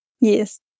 Yes